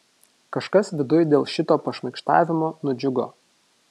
kažkas viduj dėl šito pašmaikštavimo nudžiugo